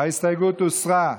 ההסתייגות הוסרה.